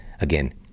Again